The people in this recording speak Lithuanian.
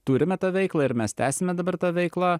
turime tą veiklą ir mes tęsiame dabar tą veiklą